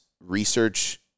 research